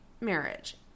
marriage